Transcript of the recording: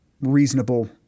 reasonable